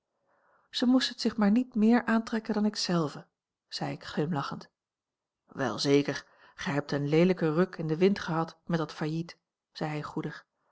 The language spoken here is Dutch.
zij moet het zich maar niet méér aantrekken dan ik zelve zei ik glimlachend wel zeker gij hebt een leelijken ruk in den wind gehad met dat failliet zei hij goedig